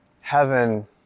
heaven